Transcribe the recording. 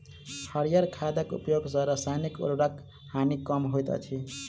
हरीयर खादक उपयोग सॅ रासायनिक उर्वरकक हानि कम होइत अछि